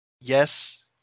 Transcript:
Yes